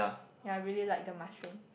ya I really like the mushroom